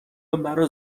مرا